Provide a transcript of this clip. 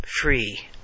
free